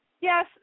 Yes